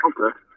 Okay